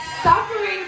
Suffering